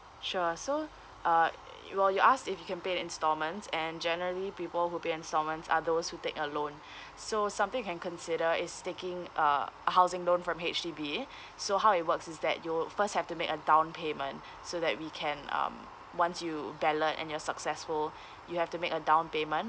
sure so uh well you asked if you can pay in installments and generally people who pay installments are those who take a loan so something you can consider is taking uh a housing loan from H_D_B so how it works is that you'll first have to make a down payment so that we can um once you ballot and you're successful you have to make a down payment